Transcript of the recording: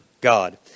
God